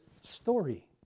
story